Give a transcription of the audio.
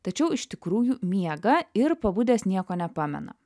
tačiau iš tikrųjų miega ir pabudęs nieko nepamena